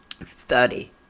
study